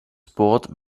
sport